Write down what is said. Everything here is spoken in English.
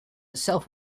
itself